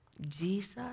Jesus